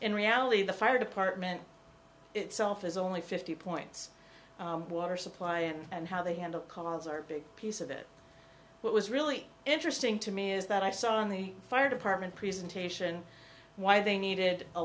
in reality the fire department itself is only fifty points water supply and how they handle calls are a big piece of it what was really interesting to me is that i saw on the fire department presentation why they needed a